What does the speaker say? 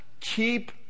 keep